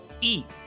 eat